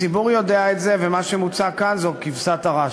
הציבור יודע את זה, ומה שמוצע כאן זו כבשת הרש.